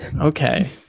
Okay